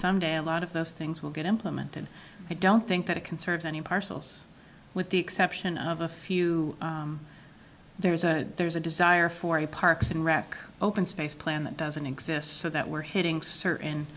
someday a lot of those things will get implemented i don't think that it can serve any parcels with the exception of a few there's a there's a desire for a parks and rec open space plan that doesn't exist so that we're hitting certain